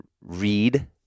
read